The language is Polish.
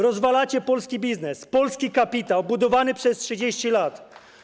Rozwalacie polski biznes, polski kapitał budowany przez 30 lat.